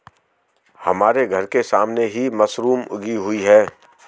हमारे घर के सामने ही मशरूम उगी हुई है